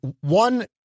One